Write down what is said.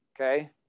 Okay